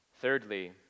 Thirdly